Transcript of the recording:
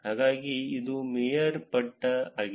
ಹಾಗಾಗಿ ಇದು ಮೇಯರ್ ಪಟ್ಟ ಆಗಿದೆ